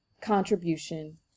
contribution